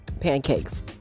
pancakes